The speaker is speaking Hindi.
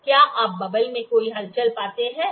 क्या आप बबल में कोई हलचल पाते हैं